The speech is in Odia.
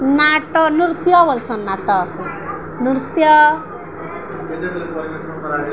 ନାଟ ନୃତ୍ୟ ବୋଲିସନ୍ ନାଟକ ନୃତ୍ୟ